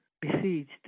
besieged